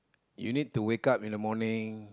you need to wake up in the morning